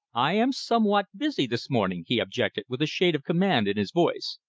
i am somewhat busy this morning, he objected with a shade of command in his voice.